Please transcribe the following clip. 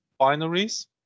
binaries